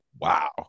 wow